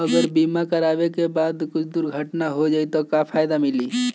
अगर बीमा करावे के बाद कुछ दुर्घटना हो जाई त का फायदा मिली?